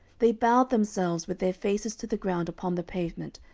they bowed themselves with their faces to the ground upon the pavement,